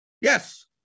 yes